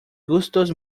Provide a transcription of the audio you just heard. gustos